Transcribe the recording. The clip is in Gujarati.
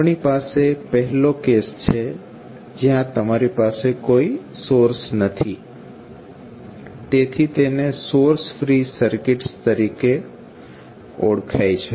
આપણી પાસે પહેલો કેસ છે જ્યાં તમારી પાસે કોઈ સોર્સ નથી તેથી તેને સોર્સ ફ્રી સર્કિટ્સ તરીકે ઓળખાય છે